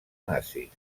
nazis